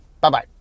Bye-bye